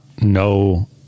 no